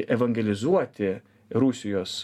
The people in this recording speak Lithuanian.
evangelizuoti rusijos